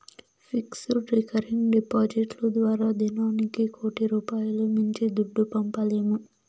fixed, recurring డిపాడిట్లు ద్వారా దినానికి కోటి రూపాయిలు మించి దుడ్డు పంపలేము